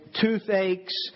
toothaches